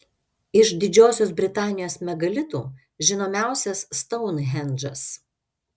iš didžiosios britanijos megalitų žinomiausias stounhendžas